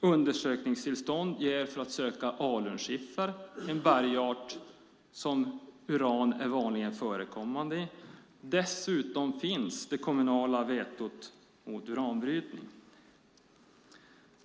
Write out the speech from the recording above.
undersökningstillstånd ges för att söka alunskiffer, en bergart som uran är vanligt förekommande i. Dessutom finns det kommunala vetot mot uranbrytning.